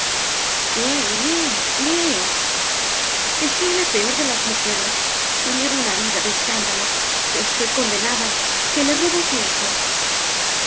que soy la peor de las mujeres que llevo una vida de es cándalo que estoy condenada que le robo su hijo